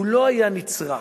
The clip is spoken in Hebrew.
הוא לא היה נצרך,